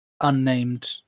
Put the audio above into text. unnamed